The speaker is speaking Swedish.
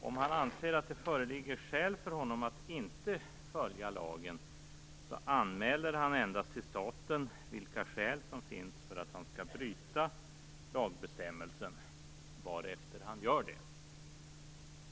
Om han anser att det föreligger skäl för honom att inte följa lagen anmäler han bara till staten vilka skäl som finns för att han skall bryta mot lagbestämmelsen, varefter han gör det.